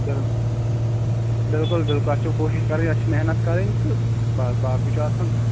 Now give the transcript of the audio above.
بِلکُل بِلکُل بِلکُل اتھ چھِ کوٗشِش کَرٕنۍ اتھ چھِ محنت کَرٕنۍ تہٕ بَس باقٕے چھُ آسان